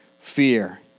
fear